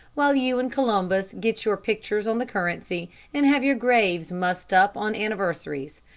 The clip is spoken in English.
while you and columbus get your pictures on the currency and have your graves mussed up on anniversaries.